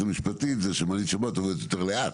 המשפטית היא שמעלית שבת עובדת יותר לאט.